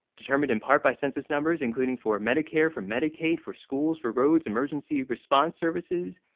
determined in part by census numbers, including for medicare, from medicaid, for schools, for roads, emergency response services,